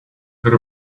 good